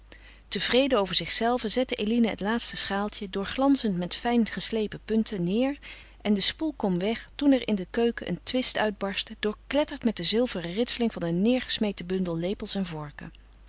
tevreden over zichzelve zette eline het laatste schaaltje doorglanzend met fijn geslepen punten neêr en de spoelkom weg toen er in de keuken een twist uitbarstte doorkletterd met de zilveren ritseling van een neêrgesmeten bundel lepels en vorken